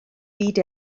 byd